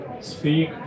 speak